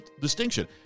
distinction